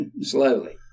slowly